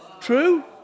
True